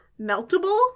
meltable